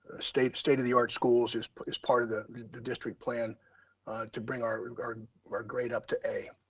ah state state of the art schools is is part of the the district plan to bring our and our and our grade up to a,